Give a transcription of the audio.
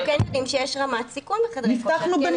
אנחנו כן יודעים שיש רמת סיכון בחדרי כושר כי אין